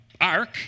ark